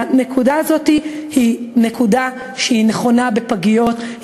והנקודה הזאת היא נקודה שהיא נכונה בפגיות,